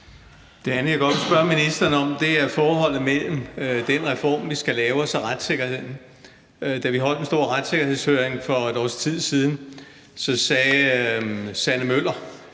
Det andet, jeg godt vil spørge ministeren om, er forholdet mellem den reform, vi skal lave, og så retssikkerheden. Da vi holdt den store retssikkerhedshøring for et års tid siden, sagde Sanne Møller,